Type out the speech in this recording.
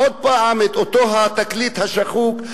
עוד פעם אותו התקליט השחוק,